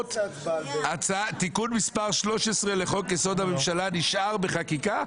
ההסכמות תיקון מספר 13 לחוק יסוד: הממשלה נשאר בחקיקה?